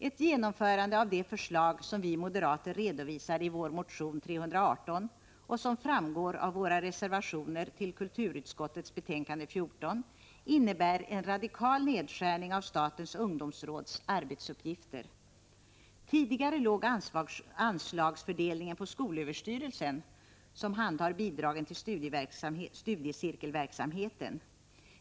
Ett genomförande av de förslag som vi moderater redovisar i vår motion 318, och som framgår av våra reservationer till kulturutskottets betänkande 14, innebär en radikal nedskärning av statens ungdomsråds arbetsuppgifter. Tidigare låg anslagsfördelningen på skolöverstyrelsen, som handhar bidragen till studiecirkelverksamheten.